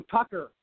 Tucker